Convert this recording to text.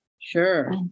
Sure